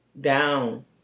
down